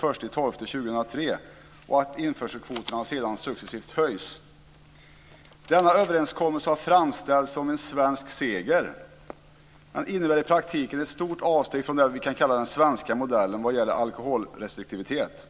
december 2003 och att införselkvoterna sedan successivt höjs. Denna överenskommelse har framställts som en svensk seger men innebär i praktiken ett stort avsteg från det vi kan kalla den svenska modellen vad gäller alkoholrestriktivitet.